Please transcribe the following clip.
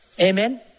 Amen